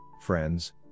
friends